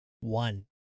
One